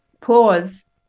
pause